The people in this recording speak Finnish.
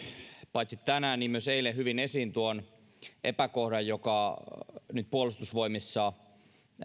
paitsi tänään myös eilen hyvin esiin tuon epäkohdan joka nyt puolustusvoimissa